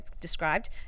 described